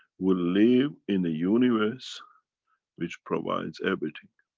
we live in a universe which provides everything.